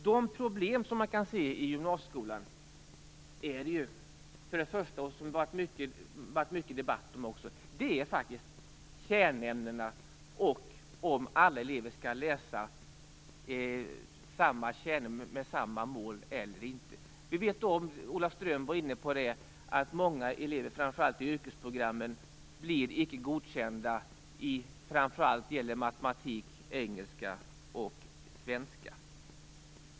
De problem som man kan se i gymnasieskolan och som det har varit mycket debatt om gäller faktiskt kärnämnena och frågan om alla elever skall läsa samma kärnämnen med samma mål eller inte. Vi vet - Ola Ström var inne på det också - att många elever, framför allt i ykresprogrammen blir icke godkända i framför allt matematik, engelska och svenska.